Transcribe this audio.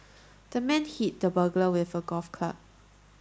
the man hit the burglar with a golf club